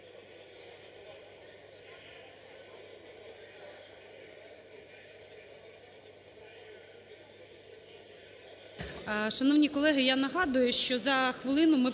Шановні колеги, я нагадую, що за хвилину ми